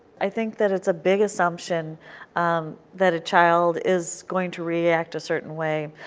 i think that it is a big assumption that a child is going to react a certain way.